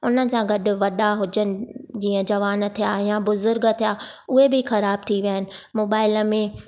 हुननि सां गॾु वॾा हुजनि जीअं जवान थिया या बुज़ुर्ग थिया उहे बि ख़राब थी विया आहिनि मोबाइल में